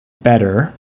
better